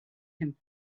him